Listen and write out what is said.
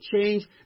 change